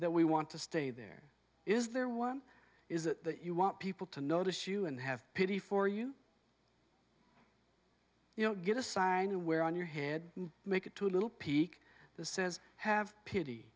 that we want to stay there is there one is that you want people to notice you and have pity for you you know get a sign of wear on your head make it too little peek the says have pity